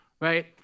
Right